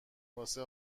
واسه